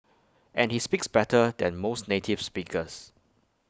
and he speaks better than most native speakers